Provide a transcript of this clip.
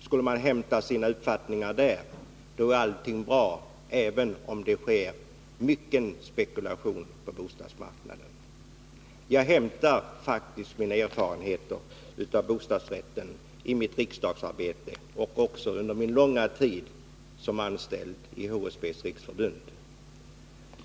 Skulle man hämta sina uppfattningar där, skulle man anse att allt är bra även om det sker mycken spekulation på bostadsmarknaden. Mina erfarenheter av bostadsrätten har jag faktiskt fått under mitt riksdagsarbete och under min långa tid som anställd i Hyresgästernas riksförbund.